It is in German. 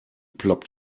ploppt